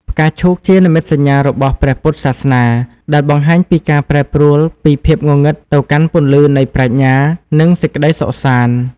ផ្កាឈូកជានិមិត្តសញ្ញារបស់ ព្រះពុទ្ធសាសនា ដែលបង្ហាញពីការប្រែប្រួលពីភាពងងឹតទៅកាន់ពន្លឺនៃប្រាជ្ញា និងសេចក្ដីសុខសាន្ត។